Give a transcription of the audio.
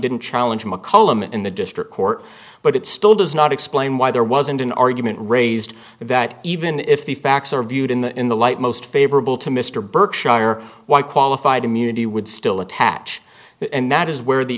didn't challenge mccullum in the district court but it still does not explain why there wasn't an argument raised that even if the facts are viewed in the in the light most favorable to mr berkshire why qualified immunity would still attach and that is where the